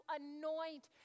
anoint